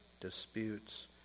disputes